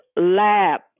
Lab